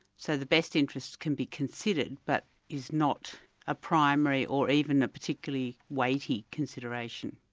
so the best interests can be considered, but is not a primary or even a particularly weighty consideration.